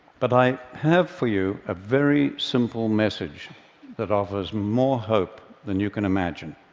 but i have for you a very simple message that offers more hope than you can imagine.